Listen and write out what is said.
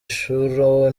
nshuro